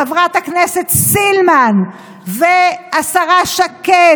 חברת הכנסת סילמן והשרה שקד,